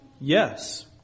Yes